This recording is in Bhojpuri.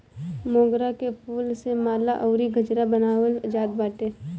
मोगरा के फूल से माला अउरी गजरा बनावल जात बाटे